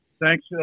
Thanks